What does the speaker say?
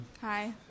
Hi